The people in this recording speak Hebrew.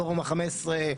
פורום ה-15,